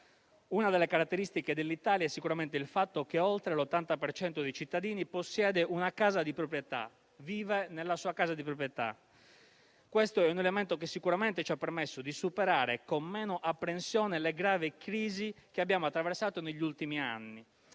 Una delle caratteristiche dell'Italia è sicuramente il fatto che oltre l'80 per cento dei cittadini possiede una casa di proprietà, vive nella sua casa di proprietà. Questo è un elemento che sicuramente ci ha permesso di superare con minore apprensione le gravi crisi che abbiamo attraversato negli ultimi anni;